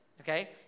okay